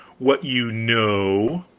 what you know.